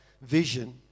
vision